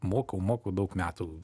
mokau mokau daug metų